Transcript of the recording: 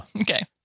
Okay